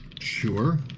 Sure